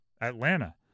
Atlanta